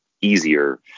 easier